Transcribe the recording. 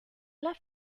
left